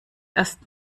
erst